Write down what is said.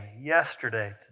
yesterday